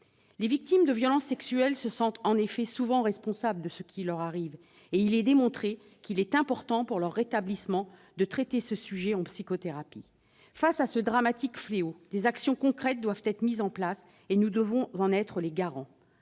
les victimes de violences sexuelles se sentent souvent responsables de ce qui leur arrive, et il est démontré qu'il est important, pour leur rétablissement, de traiter ce sujet en psychothérapie. Pour faire face à ce fléau dramatique, des actions concrètes doivent être mises en place. Nous devons en être les garants.